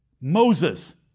Moses